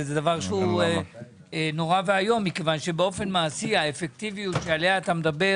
זה דבר שהוא נורא ואיום מכיוון שבאופן מעשי האפקטיביות שעליה אתה מדבר